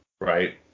right